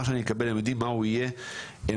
גם אם תוסף תקינה לא יהיה מי